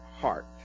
heart